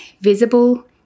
visible